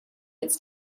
its